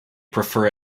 prefer